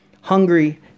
hungry